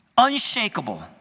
Unshakable